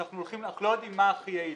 כשאנחנו לא יודעים מה הכי יעיל,